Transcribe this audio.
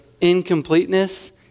incompleteness